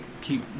keep